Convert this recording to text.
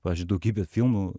pavyzdžiui daugybė filmų